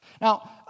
Now